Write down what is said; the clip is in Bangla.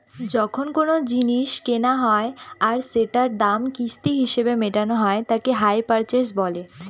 যখন কোনো জিনিস কেনা হয় আর সেটার দাম কিস্তি হিসেবে মেটানো হয় তাকে হাই পারচেস বলে